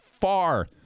far